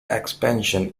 expansion